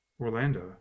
Orlando